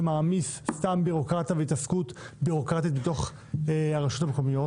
שמעמיס סתם בירוקרטיה והתעסקות בירוקרטית בתוך הרשויות המקומיות.